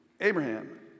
Abraham